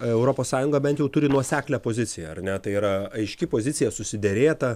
europos sąjunga bent jau turi nuoseklią poziciją ar ne tai yra aiški pozicija susiderėta